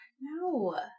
No